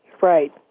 Right